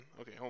Okay